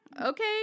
okay